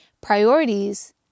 priorities